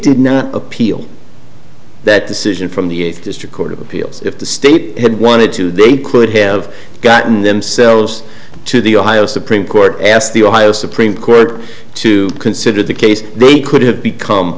did not appeal that decision from the eighth district court of appeals if the state had wanted to they could have gotten themselves to the ohio supreme court asked the ohio supreme court to consider the case they could have become